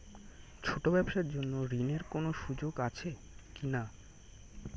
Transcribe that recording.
ছোট ব্যবসার জন্য ঋণ এর কোন সুযোগ আছে কি না?